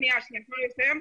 שנייה, תנו לי לסיים.